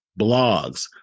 blogs